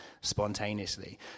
spontaneously